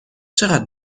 چقدر